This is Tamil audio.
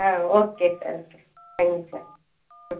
ஆ ஓகே சார் தேங்க்ஸ் சார் ம்